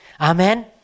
Amen